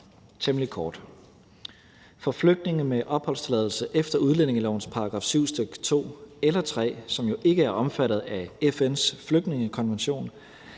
temmelig kort. For flygtninge med opholdstilladelse efter udlændingelovens § 7, stk. 2 eller stk. 3, som jo ikke er omfattet af FN's flygtningekonvention,